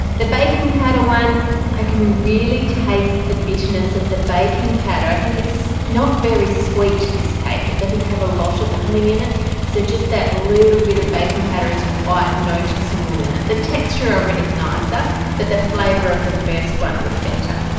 the baking powder one i can really taste the bitterness of the baking powder i think it's not very sweet this cake it doesn't have a lot of honey in it so just that little bit of baking powder is quite noticeable in it. the texture of it is nicer but the flavour of the first one was better.